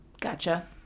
gotcha